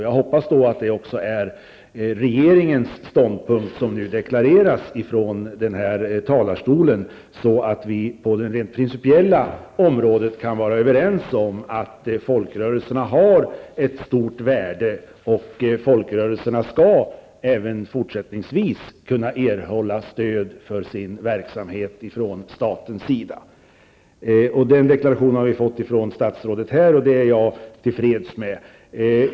Jag hoppas då att det är också är regeringens ståndpunkt som nu deklareras från kammarens talarstol, så att vi rent principiellt kan vara överens om att folkrörelserna har ett stort värde och att folkrörelserna även fortsättningsvis skall kunna erhålla stöd för sin verksamhet från statens sida. Den deklarationen har vi fått från statsrådet här, och det är jag till freds med.